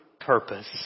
purpose